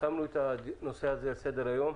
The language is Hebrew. שמנו את הנושא הזה על סדר היום,